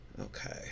okay